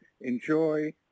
enjoy